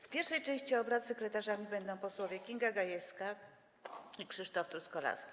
W pierwszej części obrad sekretarzami będą posłowie Kinga Gajewska i Krzysztof Truskolaski.